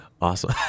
Awesome